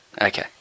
Okay